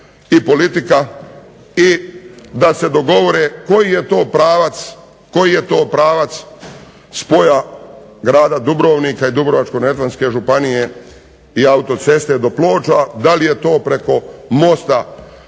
i da se dogovore koji je to pravac spoja grada Dubrovnika i Dubrovačko-neretvanske županije i autoceste do Ploča. Da li je to preko mosta